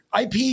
IP